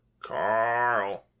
Carl